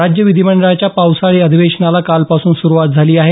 राज्य विधीमंडळाच्या पावसाळी अधिवेशनाला कालपासून सुरुवात झाली आहे